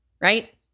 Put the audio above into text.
right